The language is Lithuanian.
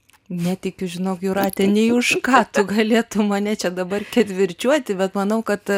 netikiu žinok jūrate nei už ką tu galėtum mane čia dabar ketvirčiuoti bet manau kad